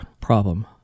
problem